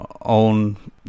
own